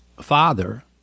father